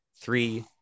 three